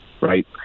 right